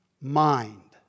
mind